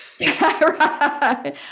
Right